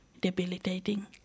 debilitating